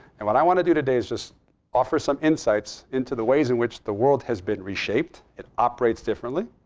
and what i want to do today is just offer some insights into the ways in which the world has been reshaped, it operates differently,